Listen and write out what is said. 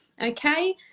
Okay